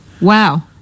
Wow